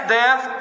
death